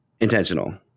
Intentional